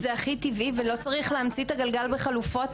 זה הכי טבעי ולא צריך להמציא את הגלגל בחלופות